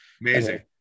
Amazing